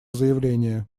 заявление